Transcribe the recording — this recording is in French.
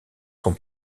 son